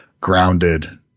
grounded